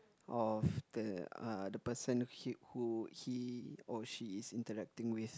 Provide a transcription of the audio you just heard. of the uh the person he who he or she is interacting with